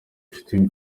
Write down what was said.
nshuti